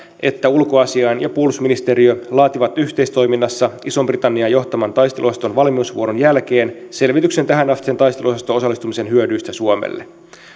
että ulkoasiain ja puolustusministeriö laativat yhteistoiminnassa ison britannian johtaman taisteluosaston valmiusvuoron jälkeen selvityksen tähänastisen taisteluosasto osallistumisen hyödyistä suomelle